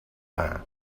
vingt